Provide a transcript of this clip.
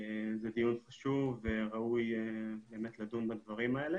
זה דיון חשוב וראוי באמת לדון בדברים האלה.